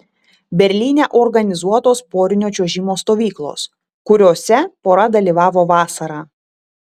berlyne organizuotos porinio čiuožimo stovyklos kuriose pora dalyvavo vasarą